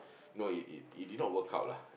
oh it it did not work out lah